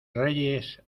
reyes